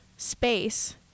space